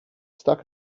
stuck